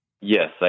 Yes